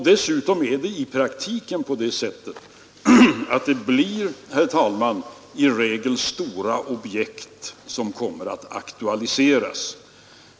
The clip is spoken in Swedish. Dessutom är det i praktiken på det sättet att det i regel blir stora objekt som kommer att aktualiseras.